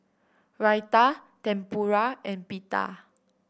Raita Tempura and Pita